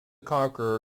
conqueror